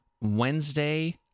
Wednesday